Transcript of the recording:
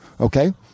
okay